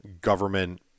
government